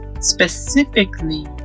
specifically